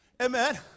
Amen